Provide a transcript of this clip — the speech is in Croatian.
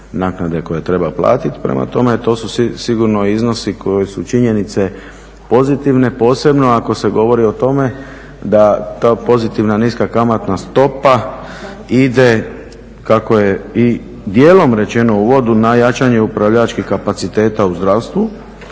naknade koju treba platiti. Prema tome to su sigurno iznosi koji su činjenice pozitivne posebno ako se govori o tome da ta pozitivna niska kamatna stopa ide kako je i dijelom rečeno u uvodu na jačanje upravljačkih kapaciteta u zdravstvu,